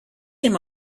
him